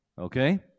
okay